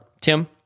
Tim